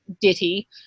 ditty